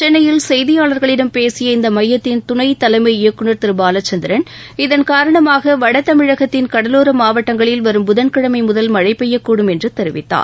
சென்னையில் செய்தியாளர்களிடம் பேசிய இந்த மையத்தின் துணை தலைமை இயக்குநர் திரு பாலச்சந்திரன் இதன்காரணமாக வட தமிழகத்தின் கடவோர மாவட்டங்களில் வரும் புதன்கிழமை முதல் மழை பெய்யக்கூடும் என்று தெரிவித்தார்